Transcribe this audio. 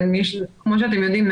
כמו שאתם יודעים,